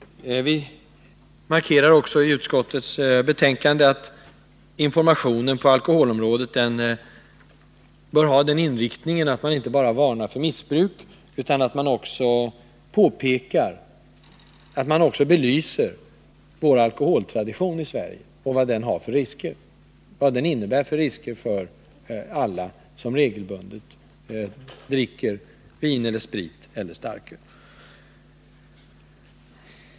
Vi markerar också i utskottets betänkande att informationen på alkoholområdet bör ha den inriktningen att man inte bara varnar för missbruk utan också belyser vår alkoholtradition i Sverige och vad den innebär av risker för alla som regelbundet dricker vin, sprit eller öl.